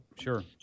Sure